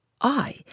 I